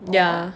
yeah